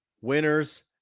Winners